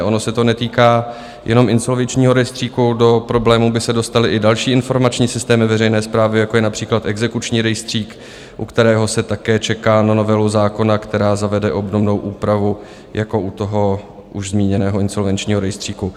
Ono se to netýká jenom Insolvenčního rejstříku, do problémů by se dostaly i další informační systémy veřejné správy, jako je například exekuční rejstřík, u kterého se také čeká na novelu zákona, která zavede obdobnou úpravu jako u toho už zmíněného insolvenčního rejstříku.